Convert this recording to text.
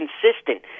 consistent